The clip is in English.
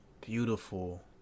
beautiful